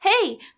hey